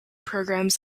programs